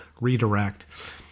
redirect